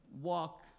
walk